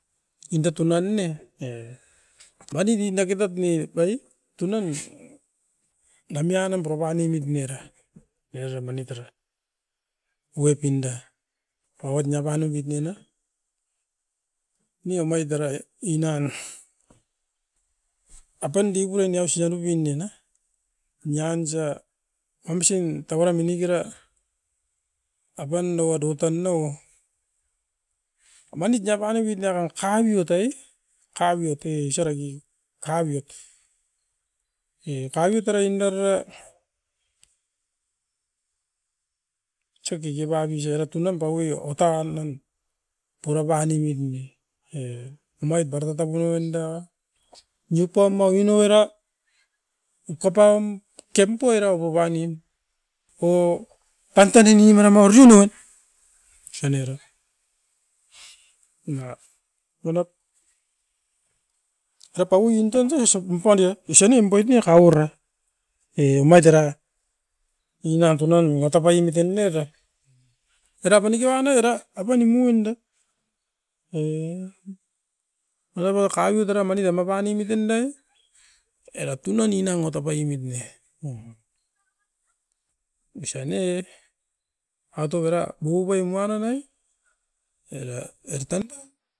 Inda tunan ne e manit i nakitap ni bai? Tunan namia num puran nemit nera, nera manit era. O e pinda, ouat niapan oupit ne na, ni omait era inan, apan diguin iausi nanupin nie na nian sa emsen tauara minikira apan daua do tan nauo, amanit niapan omit nera kaviot ai. Kaviot ei osa reki kaviot. E kaviut era inda'r ra tsu kikibabi suai ra tunan pauoi otanan ema paiemit tunan ouan makasi ne pura ponemit ma-a sunan pasi novera biri biri onem purapa nemit ne. E omait darata tapun non da iupaum maginou era, ukapam kempoi erau papanin o tantan nini mara mau ruinoin, osan era. Ina manap tapaui intonso osap impan dia ison niem boit ne akau ra e omait era i uan tunan watapai miton ne ta. Era uan noi era, apan nimuen da, e marapio kaviut era manin a ma panemiten dai? Era tunan ni nango tapai mit ne, o. Osa ne atovera bokobai muan nanai, era-era tanda.